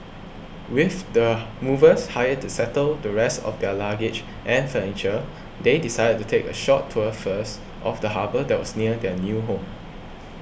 with the movers hired to settle the rest of their luggage and furniture they decided to take a short tour first of the harbour that was near their new home